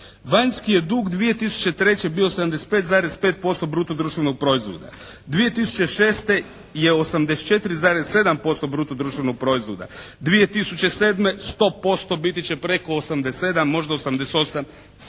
Vanjski je dug 2003. bio 75,5% bruto društvenog proizvoda. 2006. je 84,7% bruto društvenog proizvoda. 2007. sto posto biti će preko 87, možda 88%